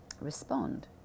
respond